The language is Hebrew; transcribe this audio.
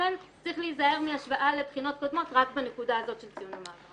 ולכן צריך להיזהר מהשוואה לבחינות קודמות רק בנקודה הזאת של ציוני מעבר.